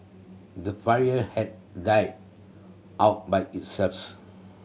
the fire had died out by it selves